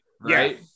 Right